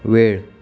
वेळ